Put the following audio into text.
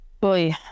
Boy